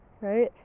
right